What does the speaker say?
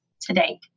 today